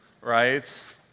right